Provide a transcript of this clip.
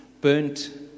burnt